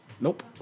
Nope